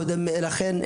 קודם לכן,